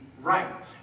right